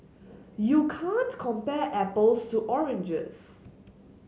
you can't compare apples to oranges